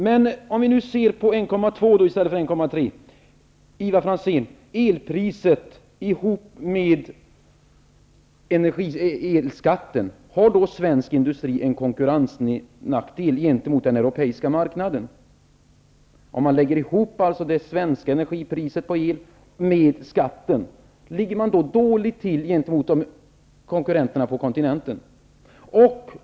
Men om vi nu ser på elpriset och elskatten tillsammans, har då svensk industri en konkurrensnackdel gentemot den europeiska marknaden? Om vi lägger ihop det svenska energipriset på el med skatten, ligger man då dåligt till gentemot konkurrenterna på kontinenten?